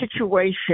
situation